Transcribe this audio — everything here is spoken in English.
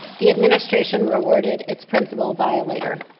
the administration rewarded its principle violator,